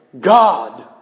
God